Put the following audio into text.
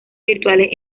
virtuales